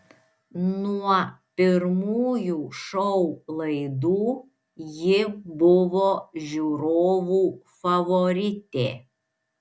nuo pirmųjų šou laidų ji buvo žiūrovų favoritė